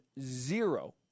zero